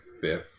fifth